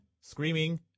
screaming